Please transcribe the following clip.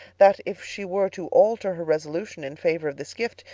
that if she were to alter her resolution in favour of this gift,